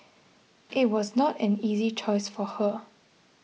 it was not an easy choice for her